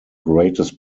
greatest